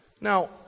Now